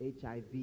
HIV